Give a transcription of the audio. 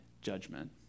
judgment